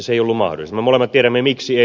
me molemmat tiedämme miksi ei